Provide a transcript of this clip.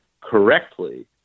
correctly